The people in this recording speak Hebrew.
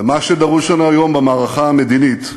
ומה שדרוש לנו היום, במערכה המדינית,